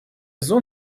зон